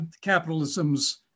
capitalism's